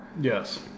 Yes